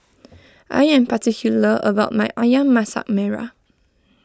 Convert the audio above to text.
I am particular about my Ayam Masak Merah